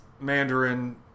Mandarin